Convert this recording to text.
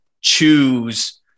choose